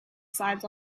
sides